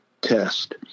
test